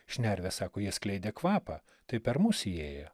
šnervės sako jie skleidė kvapą tai per mus įėjo